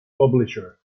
publisher